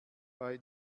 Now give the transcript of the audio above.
bei